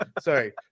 Sorry